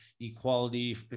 equality